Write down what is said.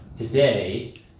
Today